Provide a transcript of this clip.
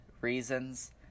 reasons